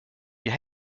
you